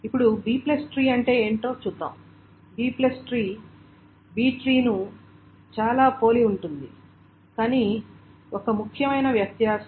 ఇప్పుడు Bట్రీ అంటే ఏమిటో చూద్దాం Bట్రీ B ట్రీ ని చాలా పోలి ఉంటుంది కానీ ఒక ముఖ్యమైన వ్యత్యాసంతో